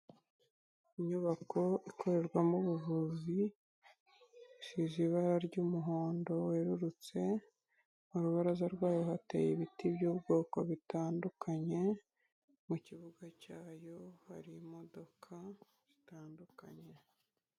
Inyubako ikorerwamo ubuvuzi isize ibara ry'umuhondo wererutse, ku rubaraza rwayo hateye ibiti by'ubwoko butandukanye, mu kibuga cyayo hari imodoka zitandukanye.